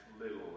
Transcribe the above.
little